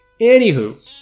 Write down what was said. anywho